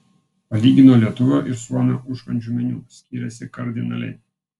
palygino lietuvio ir suomio užkandžių meniu skiriasi kardinaliai